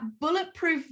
bulletproof